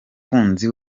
hafi